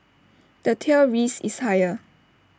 the tail risk is higher